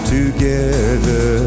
together